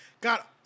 Got